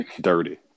Dirty